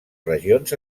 regions